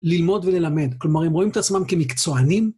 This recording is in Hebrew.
ללמוד וללמד. כלומר, הם רואים את עצמם כמקצוענים?